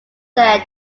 said